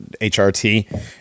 HRT